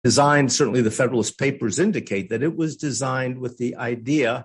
השמע באנגלית בכלל